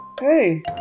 hey